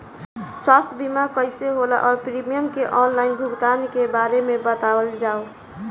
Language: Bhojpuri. स्वास्थ्य बीमा कइसे होला और प्रीमियम के आनलाइन भुगतान के बारे में बतावल जाव?